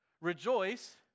rejoice